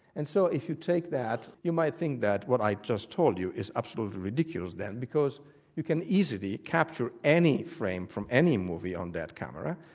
and so if you take that you might think that what i just told you is absolutely ridiculous then, because you can easily capture any frame from any movie on that camera,